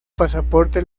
pasaporte